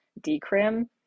decrim